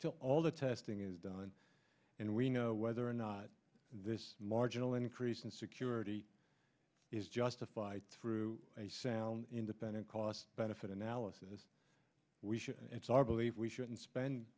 done all the testing is done and we know whether or not this marginal increase in security is justified through a sound independent cost benefit analysis we should believe we shouldn't spend